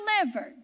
delivered